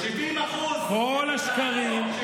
כל השקרים,